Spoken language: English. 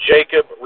Jacob